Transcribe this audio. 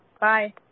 Bye